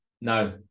no